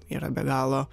yra be galo